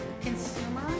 consumer